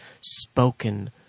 spoken